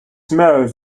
married